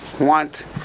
want